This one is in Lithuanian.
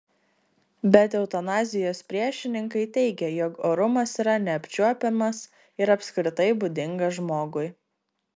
bet eutanazijos priešininkai teigia jog orumas yra neapčiuopiamas ir apskritai būdingas žmogui